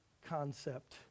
concept